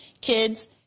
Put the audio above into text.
kids